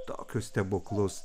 tokius stebuklus